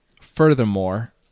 Furthermore